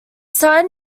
signed